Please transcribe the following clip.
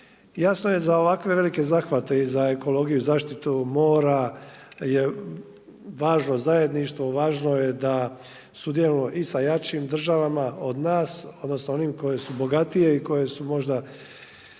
Jasno je za ovakve velike zahvate i za ekologiju i zaštitu mora je važno zajedništvo, važno je da sudjelujemo i sa jačim državama od nas, odnosno onim koje su bogatije i koje su možda